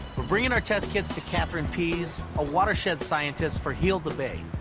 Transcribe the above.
we're bringing our test kits for katherine pease, a watershed scientist for heal the bay.